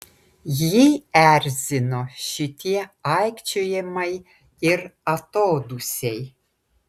jį erzino šitie aikčiojimai ir atodūsiai